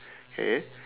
okay